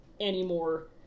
anymore